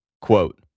Quote